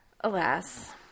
Alas